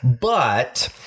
But-